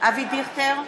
אבי דיכטר,